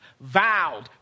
vowed